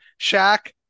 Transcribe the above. Shaq